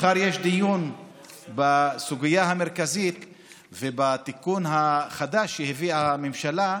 מחר יש דיון בסוגיה המרכזית ובתיקון החדש שהביאה הממשלה,